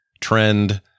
trend